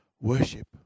worship